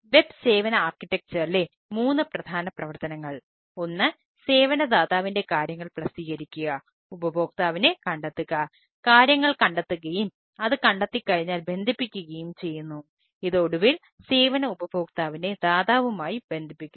web മൂന്ന് പ്രധാന പ്രവർത്തനങ്ങൾ ഒന്ന് സേവന ദാതാവിന്റെ കാര്യങ്ങൾ പ്രസിദ്ധീകരിക്കുക ഉപഭോക്താവിനെ കണ്ടെത്തുക കാര്യങ്ങൾ കണ്ടെത്തുകയും അത് കണ്ടെത്തിക്കഴിഞ്ഞാൽ ബന്ധിപ്പിക്കുകയും ചെയ്യുന്നു ഇത് ഒടുവിൽ സേവന ഉപഭോക്താവിനെ ദാതാവുമായി ബന്ധിപ്പിക്കുന്നു